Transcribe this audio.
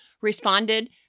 responded